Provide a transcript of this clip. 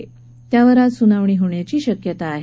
आज त्यावर सुनावणी होण्याची शक्यता आहे